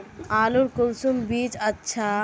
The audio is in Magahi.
आलूर कुंसम बीज अच्छा?